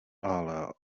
ale